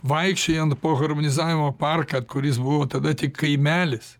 vaikščiojant po harmonizavimo parką kuris buvo tada tik kaimelis